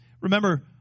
Remember